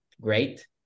great